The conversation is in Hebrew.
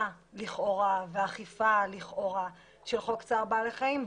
לכאורה ואכיפה לכאורה של חוק צער בעלי חיים,